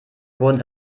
wurden